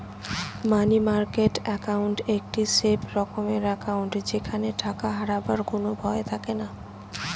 মানি market account একটি safe রকমের account যেখানে টাকা হারাবার কোনো ভয় থাকেনা